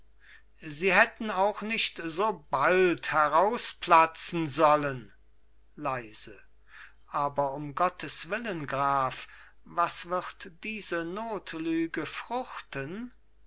sie hätten auch nicht so bald herausplatzen sollen leise aber um gottes willen graf was wird diese notlüge fruchten